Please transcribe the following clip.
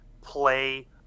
play